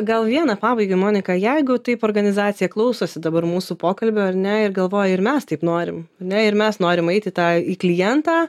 gal vieną pabaigai monika jeigu taip organizacija klausosi dabar mūsų pokalbio ar ne ir galvoja ir mes taip norim ane ir mes norim eit į tą į klientą